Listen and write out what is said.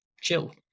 chill